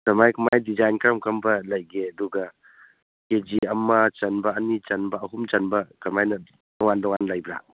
ꯀꯃꯥꯏ ꯀꯃꯥꯏ ꯗꯤꯖꯥꯏꯟ ꯀꯔꯝ ꯀꯔꯝꯕ ꯂꯩꯒꯦ ꯑꯗꯨꯒ ꯀꯦꯖꯤ ꯑꯃ ꯆꯟꯕ ꯑꯅꯤ ꯆꯟꯕ ꯑꯍꯨꯝ ꯆꯟꯕ ꯀꯃꯥꯏꯅ ꯇꯣꯉꯥꯟ ꯇꯣꯉꯥꯟ ꯂꯩꯕ꯭ꯔꯥ